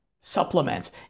supplements